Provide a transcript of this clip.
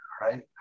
right